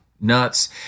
nuts